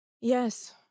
Yes